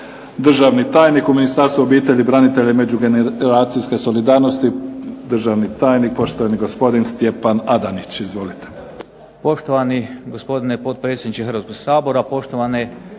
Državni tajnik u Ministarstvu obitelji, branitelja i međugeneracijske solidarnosti, državni tajnik, poštovani gospodin Stjepan Adanić. Izvolite.